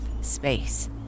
space